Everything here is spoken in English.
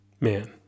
man